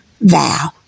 vow